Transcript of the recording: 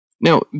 Now